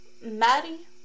Maddie